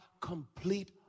complete